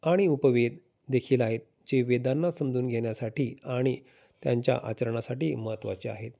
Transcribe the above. आणि उपवेद देखील आहेत जे वेदांना समजून घेण्यासाठी आणि त्यांच्या आचरणासाठी महत्त्वाचे आहेत